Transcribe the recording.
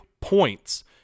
points